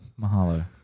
mahalo